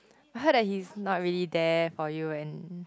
I heard that he's not really there for you and